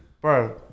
bro